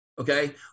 Okay